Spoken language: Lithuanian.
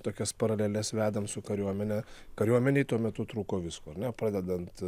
tokias paraleles vedam su kariuomene kariuomenei tuo metu trūko visko ar ne pradedant